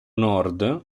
nord